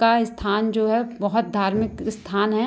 का स्थान जो है बहुत धार्मिक स्थान हैं